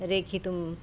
रेखितुम्